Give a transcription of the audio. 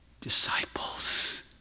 disciples